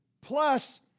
Plus